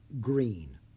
Green